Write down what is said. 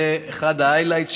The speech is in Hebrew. זה אחד ה-highlights,